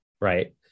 right